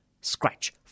Scratch